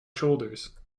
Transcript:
shoulders